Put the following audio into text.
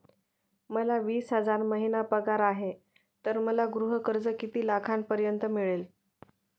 मला वीस हजार महिना पगार आहे तर मला गृह कर्ज किती लाखांपर्यंत मिळेल?